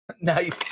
nice